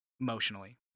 emotionally